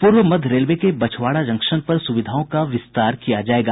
पूर्व मध्य रेलवे के बछवाड़ा जंक्शन पर सुविधाओं का विस्तार किया जायेगा